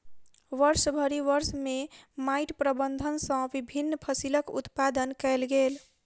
वर्षभरि वर्ष में माइट प्रबंधन सॅ विभिन्न फसिलक उत्पादन कयल गेल